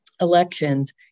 elections